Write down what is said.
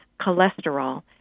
cholesterol